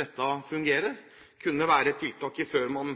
dette fungerer. Det kunne være et tiltak før man